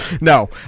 No